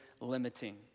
limiting